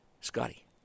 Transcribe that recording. Scotty